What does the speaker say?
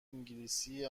انگلیسی